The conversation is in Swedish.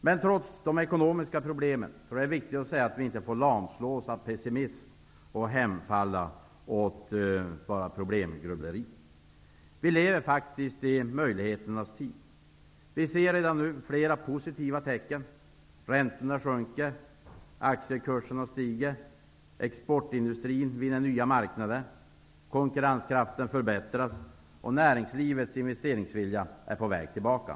Men trots de ekonomiska problemen får vi inte lamslås av pessimism och hemfalla åt grubbleri. Vi lever faktiskt i möjligheternas tid. Redan nu ser vi flera positiva tecken. Räntorna sjunker, aktiekurserna stiger, exportindustrin vinner nya marknader, konkurrenskraften förbättras och näringslivets investeringsvilja är på väg tillbaka.